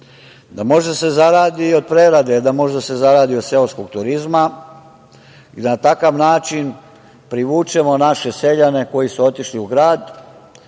Da može da se zaradi od prerade, da može da se zaradi od seoskog turizma i da na takav način privučemo naše seljane koji su otišli u grad